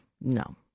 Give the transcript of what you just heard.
No